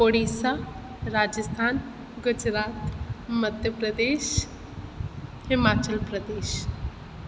Orissa Rajasthan Gujarat Madhya Pradesh Himachal Pradesh